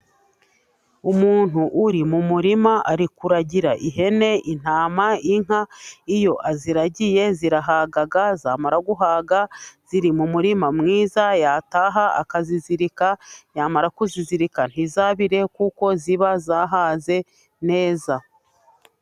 Umuntu uri mu murima ari kuragira ihene, intama n'inka. Iyo aziragiye zirahaga zamara guhaga ziri mu murima mwiza yataha akazizirika. Yamara kuzizirika ntizabire kuko ziba zahaze neza.